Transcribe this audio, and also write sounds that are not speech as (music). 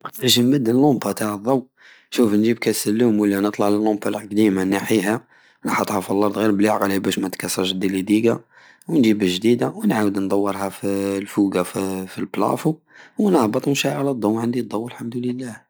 بش نبدل الومبة تع الضو شوف نجيب كش سلوم ونطلع للومبة لقديمة نحيها نحطها في الأرض غير بلعقل بش ما تتكسرش ديرلي ديقا ونجيب الجديدة ونعاود ندورها لفوقة (hesitation) فالبلافون ونهبط نشعل الضو عندي الضو والحمد لله